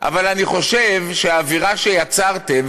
אבל אני חושב שהאווירה שיצרתם,